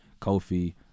Kofi